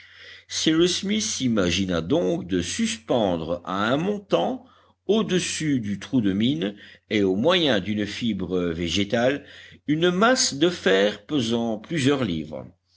l'opération cyrus smith imagina donc de suspendre à un montant au-dessus du trou de mine et au moyen d'une fibre végétale une masse de fer pesant plusieurs livres